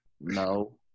No